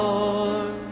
Lord